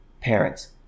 parents